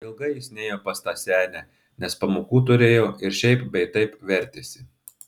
ilgai jis nėjo pas tą senę nes pamokų turėjo ir šiaip bei taip vertėsi